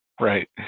right